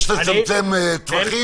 יש לצמצם טווחים.